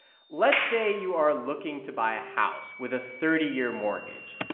let's say you are looking to buy a house with a thirty year mortgage.